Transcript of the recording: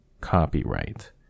copyright